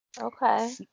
Okay